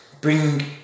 bring